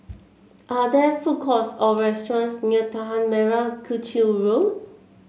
are there food courts or restaurants near Tanah Merah Kechil Road